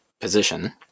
position